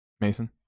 Mason